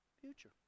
future